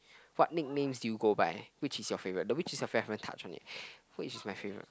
what nicknames do you go by which is your favourite the which is your favourite I haven't touch yet which is my favourite